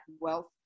wealth